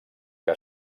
que